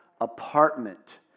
apartment